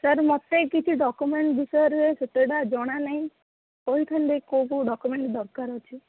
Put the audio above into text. sir ମୋତେ କିଛି document ବିଷୟରେ ସେତେଟା ଜଣାନାହିଁ କହିଥାନ୍ତେ କେଉଁ କେଉଁ ଡକୁମେଣ୍ଟ୍ ଦରକାର ଅଛି